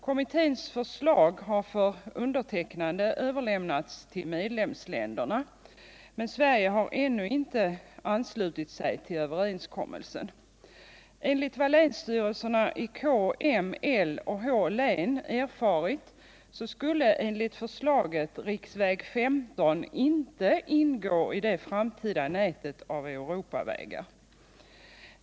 Kommitténs förslag har för undertecknande överlämnats till medlemsländerna. Sverige har dock ännu inte anslutit sig till överenskommelsen. Enligt vad länsstyrelserna i K-, M-, L och H-län erfarit skulle riksväg 15 i enlighet med förslaget inte ingå i det framtida nätet av Europavägar.